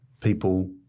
people